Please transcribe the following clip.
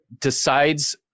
decides